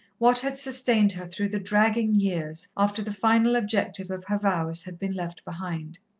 what had sustained her through the dragging years after the final objective of her vows had been left behind.